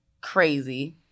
crazy